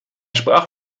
sprach